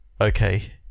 okay